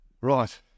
Right